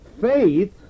Faith